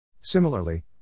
Similarly